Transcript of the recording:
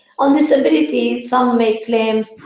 on disability some may claim,